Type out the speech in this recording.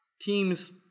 teams